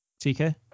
TK